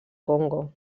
congo